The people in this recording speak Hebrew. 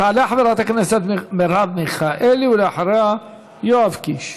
תעלה חברת הכנסת מרב מיכאלי, ואחריה, יואב קיש.